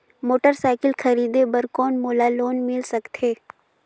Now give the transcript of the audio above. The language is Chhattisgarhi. मोटरसाइकिल खरीदे बर कौन मोला लोन मिल सकथे?